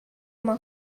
uma